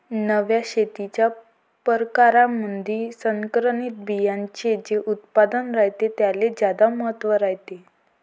नव्या शेतीच्या परकारामंधी संकरित बियान्याचे जे उत्पादन रायते त्याले ज्यादा महत्त्व रायते